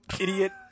Idiot